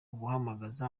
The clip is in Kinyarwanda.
guhamagaza